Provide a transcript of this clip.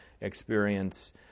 experience